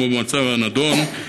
כמו במצב הנדון,